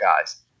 guys